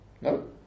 No